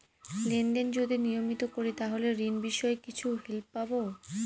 Lane দেন যদি নিয়মিত করি তাহলে ঋণ বিষয়ে কিছু হেল্প পাবো?